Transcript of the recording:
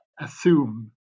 assume